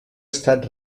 estat